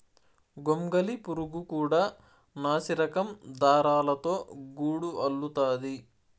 గొంగళి పురుగు కూడా నాసిరకం దారాలతో గూడు అల్లుతాది